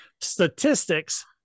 statistics